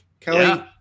Kelly